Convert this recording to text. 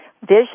Vision